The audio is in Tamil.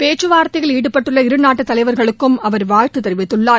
பேச்சுவார்த்தையில் ஈடுபட்டுள்ள இரு நாட்டு தலைவர்களுக்கும் அவர் வாழ்த்து தெரிவித்துள்ளார்